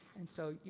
and so, yeah